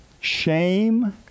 Shame